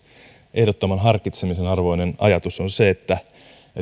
ehdottoman harkitsemisen arvoinen ajatus on se että